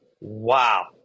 Wow